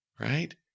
right